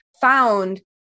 found